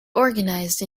organised